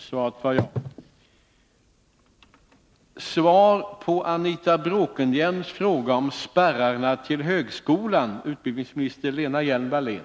I regeringsförklaringen av den 8 oktober står att tillgång till kunskap inte får vara ett privilegium för en avgränsad krets. Skall detta tolkas så att regeringen avser att lätta på spärrarna till högskolan?